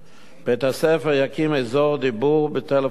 בית-הספר יקים אזור דיבור בטלפון נייד,